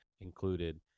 included